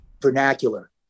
vernacular